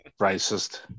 racist